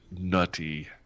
nutty